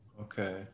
Okay